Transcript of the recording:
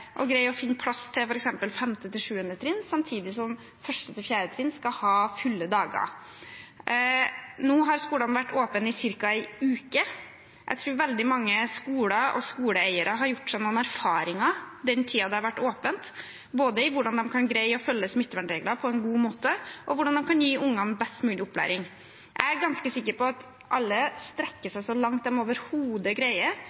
å greie å finne plass til f.eks. 5.–7. trinn samtidig som 1.–4. trinn skal ha fulle dager. Nå har skolene vært åpne i ca. én uke. Jeg tror veldig mange skoler og skoleeiere har gjort seg noen erfaringer den tiden det har vært åpent, om både hvordan de kan greie å følge smittevernreglene på en god måte, og hvordan de kan gi ungene best mulig opplæring. Jeg er ganske sikker på at alle strekker seg så langt de overhodet greier,